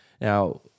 Now